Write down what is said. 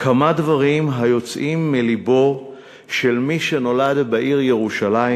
כמה דברים היוצאים מלבו של מי שנולד בעיר ירושלים